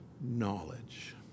knowledge